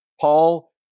Paul